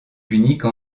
unique